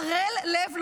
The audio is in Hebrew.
ערל לב,